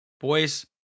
Boys